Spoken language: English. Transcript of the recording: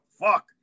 Fuck